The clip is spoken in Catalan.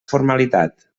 formalitat